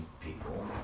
people